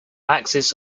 axes